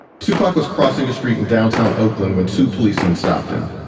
tupac was crossing the street in downtown oakland when two policemen stopped him.